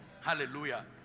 Hallelujah